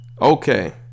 Okay